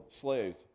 slaves